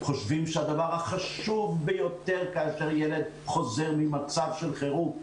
חושבים שהדבר החשוב ביותר כאשר ילד חוזר ממצב של חרום,